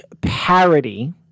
parody